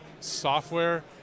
software